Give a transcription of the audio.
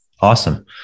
Awesome